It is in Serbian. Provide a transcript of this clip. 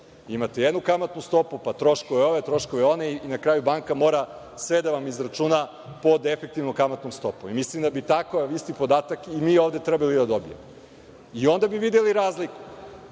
Imate jednu kamatnu stopu, po troškovi ovi, pa troškovi oni i na kraju banka mora sve da vam izračuna po efektivnom kamatnom stopom. Mislim da bi takav isti podatak i mi ovde trebali da dobijemo i onda bi videli razliku